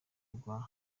rwa